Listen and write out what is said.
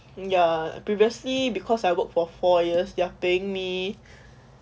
your previously because I work for four years they're paying me